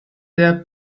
der